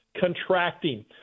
contracting